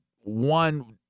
one